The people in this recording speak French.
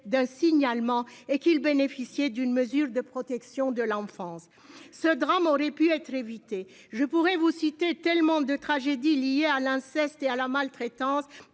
d'un signalement et qu'il bénéficiait d'une mesure de protection de l'enfance. Ce drame aurait pu être évité. Je pourrais vous citer tellement de tragédies liées à l'inceste et à la maltraitance